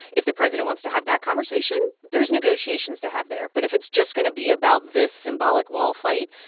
if the president wants to have that conversation, there's negotiations to have there. but if it's just going to be about this symbolic wall fight,